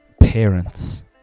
parents